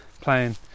playing